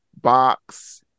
box